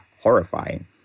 horrifying